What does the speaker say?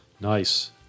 Nice